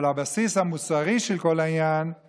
אבל הבסיס המוסרי של כל העניין הוא